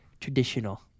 traditional